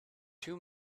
two